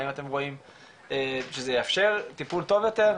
האם אתם רואים שזה יאפשר טיפול טוב יותר,